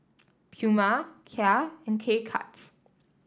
Puma Kia and K Cuts